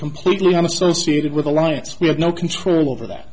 completely i'm associated with alliance we have no control over that